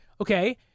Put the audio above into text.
okay